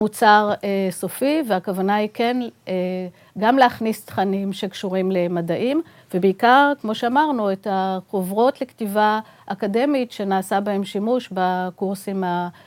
מוצר סופי, והכוונה היא כן גם להכניס תכנים שקשורים למדעים ובעיקר, כמו שאמרנו, את החוברות לכתיבה אקדמית שנעשה בהם שימוש בקורסים ה...